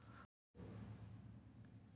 Cards ఎన్ని రకాలు అందుబాటులో ఉన్నయి?